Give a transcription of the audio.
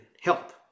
help